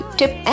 tip